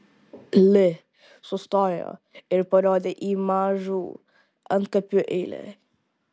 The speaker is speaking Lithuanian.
li sustojo ir parodė į mažų antkapių eilę